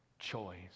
choice